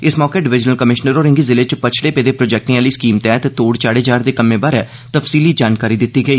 इस मौके divisional commissioner होरें'गी जिलें च पच्छड़े पेदे प्रोजेक्टें आहली स्कीम तैह्त तोढ़ चाढ़े जा'रदे कम्में बारै तफ्सीली जानकारी दित्ती गेई